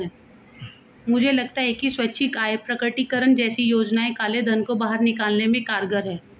मुझे लगता है कि स्वैच्छिक आय प्रकटीकरण जैसी योजनाएं काले धन को बाहर लाने में कारगर हैं